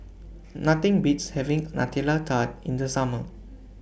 Nothing Beats having Nutella Tart in The Summer